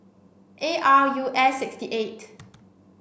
A R U S six eight